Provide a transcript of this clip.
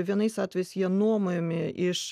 vienais atvejais jie nuomojami iš